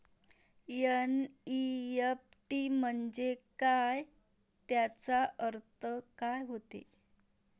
NEFT म्हंजे काय, त्याचा अर्थ काय होते?